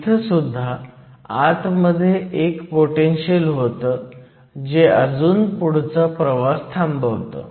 तिथंसुद्धा आतमध्ये एक पोटेनशीयल होतं जे अजून पुढचा प्रवास थांबवतं